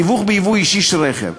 תיווך בייבוא אישי של רכב.